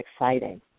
exciting